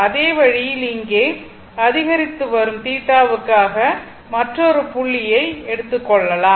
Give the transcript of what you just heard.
அதே வழியில் இங்கே அதிகரித்து வரும் θ வுக்காக மற்றொரு புள்ளியை எடுத்துக் கொள்ளலாம்